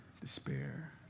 despair